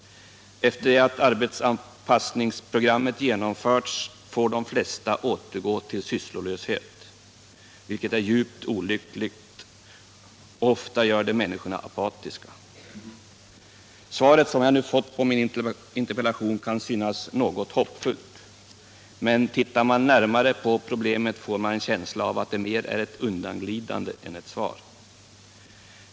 Efter det att arbetsanpassningsprogrammet genomförts får de flesta återgå till sysslolöshet, vilket är djupt olyckligt. Ofta gör det människorna apatiska. Svaret på min interpellation kan synas något hoppfullt, men tittar man närmare på problemet, får man en känsla av att det mer är ett undanglidande än ett svar.